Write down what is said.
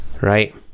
Right